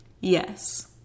Yes